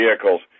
vehicles